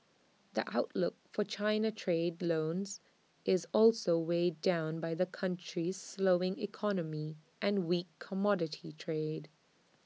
the outlook for China trade loans is also weighed down by the country's slowing economy and weak commodity trade